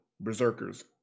Berserkers